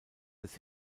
des